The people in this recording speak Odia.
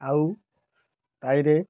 ଆଉ ତାହିଁରେ